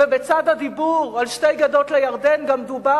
ובצד הדיבור על שתי גדות לירדן גם דובר